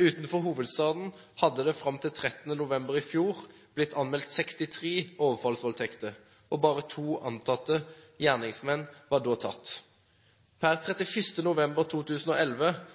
Utenfor hovedstaden hadde det fram til 13. november i fjor blitt anmeldt 63 overfallsvoldtekter, og bare to antatte gjerningsmenn var da tatt. Per 31. desember 2011